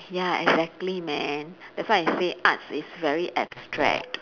ya exactly man that's why I say arts is very abstract